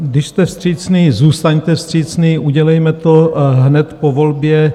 Když jste vstřícní, zůstaňte vstřícní, udělejme to hned po volbě.